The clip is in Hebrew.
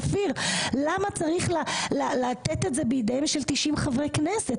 למה צריך לתת את זה בידיהם של 90 חברי כנסת?